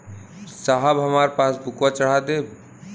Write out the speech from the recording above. साहब हमार पासबुकवा चढ़ा देब?